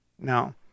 No